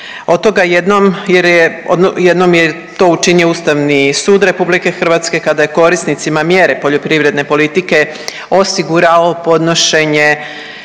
, jednom je to učinio Ustavni sud Republike Hrvatske kada je korisnicima mjere poljoprivredne politike osigurao podnošenje